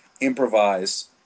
improvise